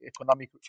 economic